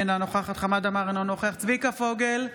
אינה נוכחת חמד עמאר, אינו נוכח צביקה פוגל,